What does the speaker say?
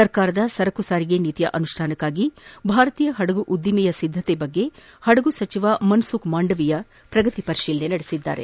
ಸರ್ಕಾರದ ಸರಕು ಸಾರಿಗೆ ನೀತಿಯ ಅನುಷ್ಣಾನಕ್ಕಾಗಿ ಭಾರತೀಯ ಪಡಗು ಉದ್ದಮದ ಸಿದ್ದತೆಯ ಕುರಿತು ಪಡಗು ಸಚಿವ ಮನ್ನುಖ್ ಮಾಂಡವಿಯಾ ಶ್ರಗತಿ ಪರಿಶೀಲನೆ ನಡೆಸಿದರು